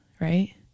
right